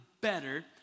better